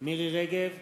מירי רגב,